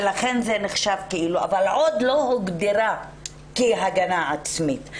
ולכן זה נחשב אבל עוד לא הוגדרה כהגנה עצמית.